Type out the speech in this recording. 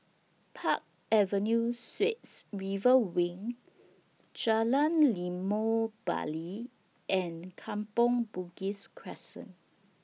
Park Avenue Suites River Wing Jalan Limau Bali and Kampong Bugis Crescent